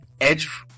Edge